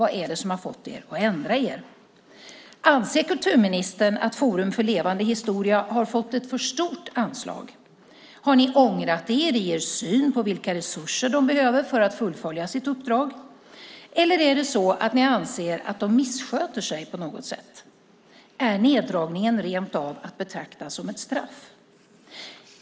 Vad är det som har fått er att ändra er? Anser kulturministern att Forum för levande historia har fått ett för stort anslag? Har ni ångrat er i er syn på vilka resurser de behöver för att fullfölja sitt uppdrag? Eller anser ni att de missköter sig på något sätt? Är neddragningen rent av att betrakta som ett straff?